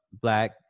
black